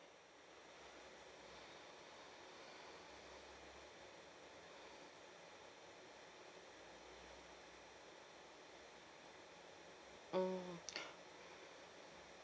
mm